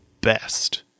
best